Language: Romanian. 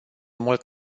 mult